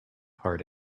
part